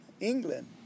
England